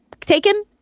taken